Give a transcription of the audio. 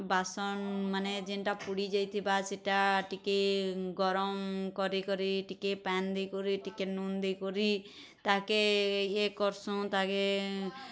ବାସନ୍ ମାନେ ଯେନ୍ତା ପୁଡ଼ି ଯାଇଥିବା ସେଇଟା ଟିକେ ଗରମ୍ କରି କରି ଟିକେ ପାନ୍ ଦେଇ କରି ଟିକେ ନୁନ୍ ଦେଇ କରି ତାହାକେ ଇଏ କରସୁ ତାହାକେ